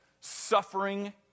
suffering